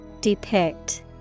Depict